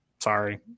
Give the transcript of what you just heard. Sorry